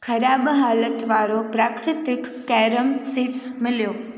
ख़राबु हालति वारो प्राकृतिक कैरम सीड्स मिलियो